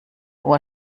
uhr